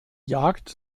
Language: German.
jagd